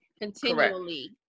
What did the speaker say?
continually